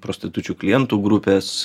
prostitučių klientų grupes